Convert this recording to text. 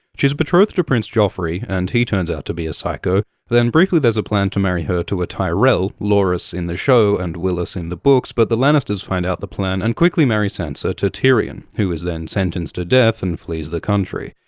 she's betrothed to prince joffrey, and he turns out to be a psycho. then briefly there's a plan to marry her to a tyrell loras in the show and willas in the books but the lannisters find out the plan and quickly marry sansa to tyrion who is then sentenced to death and flees the country.